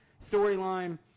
storyline